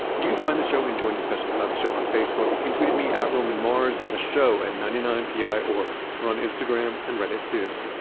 you can find the show and join discussions about the show on facebook. you can tweet at me at romanmars and the show at ninety nine piorg. we're on instagram and reddit too.